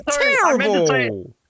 terrible